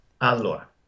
Allora